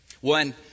One